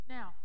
Now